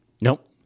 Nope